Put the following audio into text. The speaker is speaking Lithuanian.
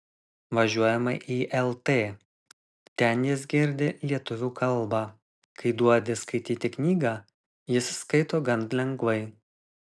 važiuojame į lt ten jis girdi lietuvių kalbą kai duodi skaityti knygą jis skaito gan lengvai